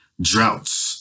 droughts